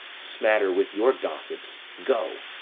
smatter with your gossips, go!